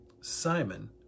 Simon